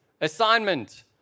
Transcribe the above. assignment